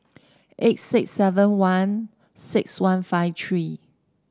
eight six seven one six one five three